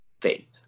faith